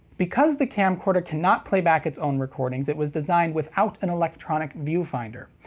because the camcorder cannot play back its own recordings, it was designed without an electronic viewfinder.